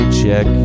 check